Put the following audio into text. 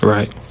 Right